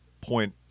point